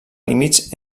límits